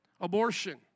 abortion